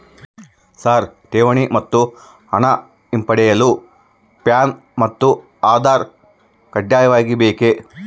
Sir ಹಣ ಠೇವಣಿ ಮತ್ತು ಹಿಂಪಡೆಯಲು ಪ್ಯಾನ್ ಮತ್ತು ಆಧಾರ್ ಕಡ್ಡಾಯವಾಗಿ ಬೇಕೆ?